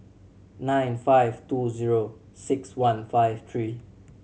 nine five two zero six one five three